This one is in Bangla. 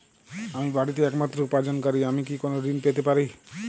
আমি বাড়িতে একমাত্র উপার্জনকারী আমি কি কোনো ঋণ পেতে পারি?